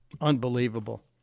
Unbelievable